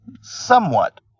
somewhat